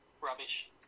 rubbish